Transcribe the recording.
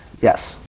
yes